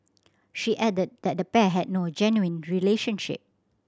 she added that the pair had no genuine relationship